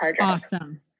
Awesome